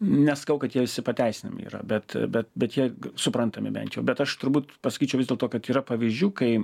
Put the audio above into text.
nesakau kad jie visi pateisinami yra bet bet bet jie suprantami bent jau bet aš turbūt pasakyčiau vis dėlto kad yra pavyzdžių kai